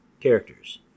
characters